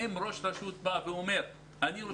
אם ראש רשות בא ואומר שהוא רוצה יותר מים ויש לו מקום,